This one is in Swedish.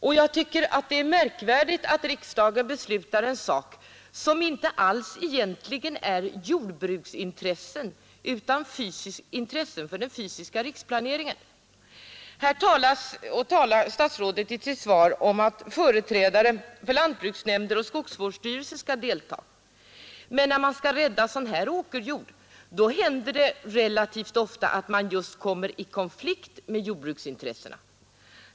Och jag tycker också det är märkvärdigt att, när riksdagen beslutar en sak som egentligen inte rör jordbruksintressena utan är av intresse för den fysiska riksplaneringen, byggandet får fortgå utan hänsyn till uttalandet. Här talar statsrådet i sitt svar om att företrädare för lantbruksnämnder och skogsvårdsstyrelser skall delta i planeringsarbetet. Men när man skall rädda sådan här åkerjord händer det relativt ofta att man kommer i konflikt med just jordbruksintressena.